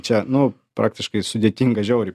čia nu praktiškai sudėtinga žiauriai